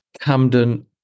Camden